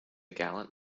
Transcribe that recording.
gallant